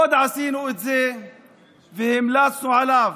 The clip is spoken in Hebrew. עשינו את זה והמלצנו עליו,